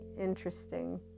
interesting